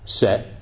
set